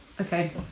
Okay